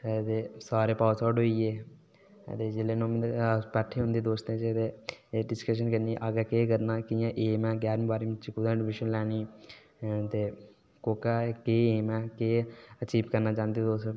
ते सारे pass out होई गे ते जिसलै किठ्ठे होंदे ते दोस्तें च ते इ'यै डिस्कशन करनी अग्गें करना केह् ऐ केह् एम ऐ ञारमीं बाह्ऱमी च कुत्थै ऐडमिश न लैनी ऐ ते कोह्का केह् एम ऐ केह् अचीव करना चांह्दे हो तुस